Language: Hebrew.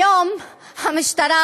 היום המשטרה,